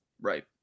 Right